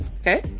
okay